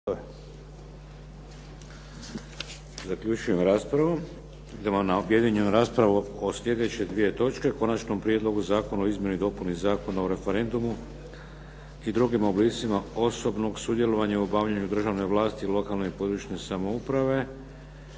Vladimir (HDZ)** Idemo na objedinjenu raspravu o sljedeće dvije točke: - Konačni prijedlog zakona o izmjenama i dopunama Zakona o referendumu i drugim oblicima osobnog sudjelovanja u obavljanju državne vlasti i lokalne i područne (regionalne)